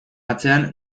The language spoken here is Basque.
atzean